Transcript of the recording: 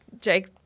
Jake –